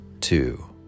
two